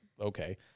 okay